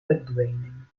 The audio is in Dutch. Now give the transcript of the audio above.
verdwijning